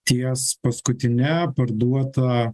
ties paskutine parduota